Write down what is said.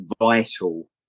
vital